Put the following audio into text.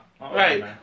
Right